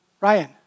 Ryan